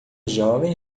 jovem